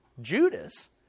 Judas